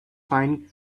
find